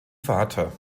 vater